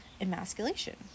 emasculation